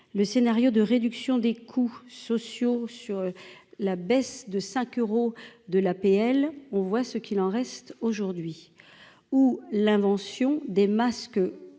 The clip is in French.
le scénario de réduction des coûts sociaux sur la baisse de 5 euros de l'APL, on voit ce qu'il en reste aujourd'hui ou l'invention des masques